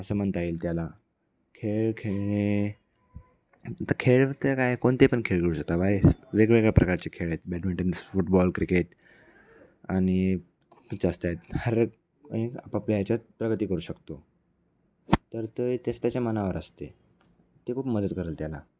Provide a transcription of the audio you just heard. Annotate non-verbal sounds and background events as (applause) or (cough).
असं म्हणता येईल त्याला खेळ खेळणे तर खेळ त्या काय कोणते पण (unintelligible) शकता (unintelligible) वेगवेगळ्या प्रकारचे खेळ आहेत बॅडमिंटन फुटबॉल क्रिकेट आणिक जास्त आहेत हर आपापल्या ह्याच्यात प्रगती करू शकतो तर ते त्याच त्याच्या मनावर असते ते खूप मदत करेल त्याला